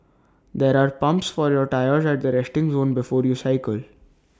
there are pumps for your tyres at the resting zone before you cycle